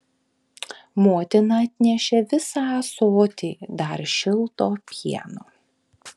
motina atnešė visą ąsotį dar šilto pieno